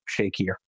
shakier